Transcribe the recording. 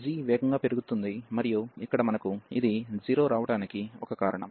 ఈ g వేగంగా పెరుగుతుంది మరియు ఇక్కడ మనకు ఇది 0 రావడానికి ఒక కారణం